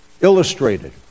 illustrated